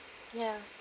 ya